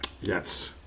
Yes